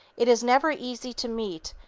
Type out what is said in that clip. it is never easy to meet,